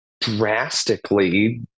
drastically